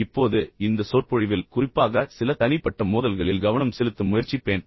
இப்போது இந்த சொற்பொழிவில் குறிப்பாக சில தனிப்பட்ட மோதல்களில் கவனம் செலுத்த முயற்சிப்பேன்